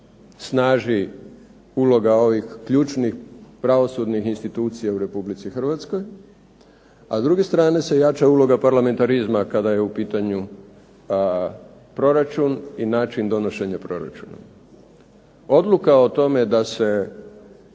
snaži uloga ovih ključnih pravosudnih institucija u Republici Hrvatskoj, a s druge strane se jača uloga parlamentarizma, kada je u pitanju proračun i način donošenja proračuna. Odluka o tome da se